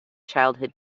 childhood